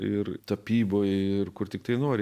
ir tapyboj ir kur tiktai nori